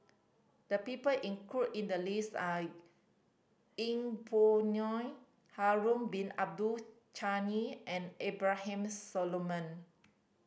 the people include in the list are Yeng Pway Ngon Harun Bin Abdul Ghani and Abraham Solomon